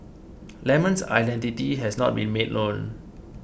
lemon's identity has not been made known